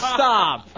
stop